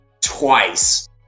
twice